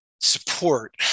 support